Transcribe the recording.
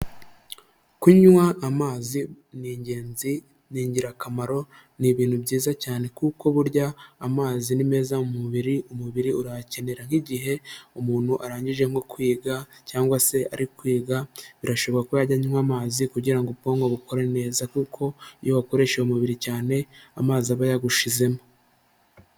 Kunywa amazi ni ingenzi, ni ingirakamaro ni ibintu byiza cyane kuko burya amazi ni meza mu mubiri, umubiri urayakenera nk'igihe umuntu arangije nko kwiga cyangwa se ari kwiga birashoboka ko yajya anywa amazi kugira ngo ubwonko bukore neza kuko iyo wakoresha umubiri cyane amazi aba yagushizemo.